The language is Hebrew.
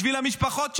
בשביל המשפחות שלהם,